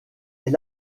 est